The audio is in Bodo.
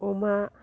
अमा